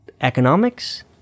economics